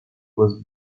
was